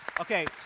Okay